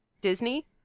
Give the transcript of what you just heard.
Disney